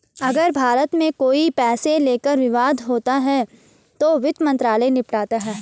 अगर भारत में कोई पैसे को लेकर विवाद होता है तो वित्त मंत्रालय निपटाता है